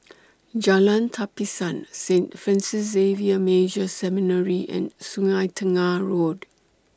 Jalan Tapisan Saint Francis Xavier Major Seminary and Sungei Tengah Road